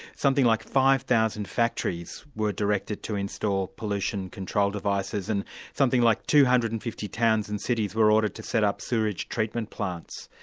something like five thousand factories were directed to install pollution control devices and something like two hundred and fifty towns and cities were ordered to set up sewerage treatment plants.